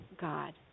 God